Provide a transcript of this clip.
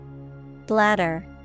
Bladder